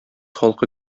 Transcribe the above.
халкы